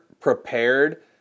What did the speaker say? prepared